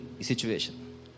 situation